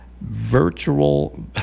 virtual